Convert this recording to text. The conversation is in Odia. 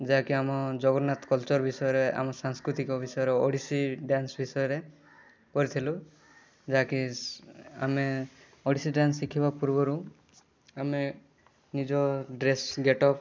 ଯାହାକି ଆମ ଜଗନ୍ନାଥ କଲଚର୍ ବିଷୟରେ ଆମ ସାଂସ୍କୃତିକ ବିଷୟରେ ଓଡ଼ିଶୀ ଡ୍ୟାନ୍ସ ବିଷୟରେ କରିଥିଲୁ ଯାହାକି ଆମେ ଓଡ଼ିଶୀ ଡାନ୍ସ ଶିଖିବା ପୂର୍ବରୁ ଆମେ ନିଜ ଡ୍ରେସ୍ ଗେଟଅପ୍